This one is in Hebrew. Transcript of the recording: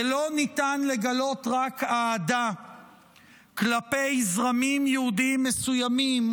ולא ניתן לגלות רק אהדה כלפי זרמים יהודיים מסוימים